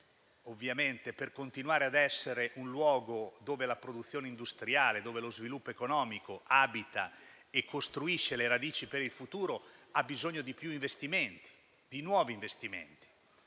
mercato e per continuare ad essere un luogo in cui la produzione industriale e lo sviluppo economico abitano e costruiscono le radici per il futuro, ha bisogno di più investimenti, di nuovi investimenti.